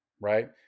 right